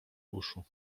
uszu